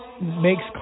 makes